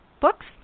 Books